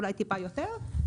אולי טיפה יותר,